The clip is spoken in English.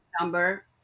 number